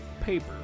Paper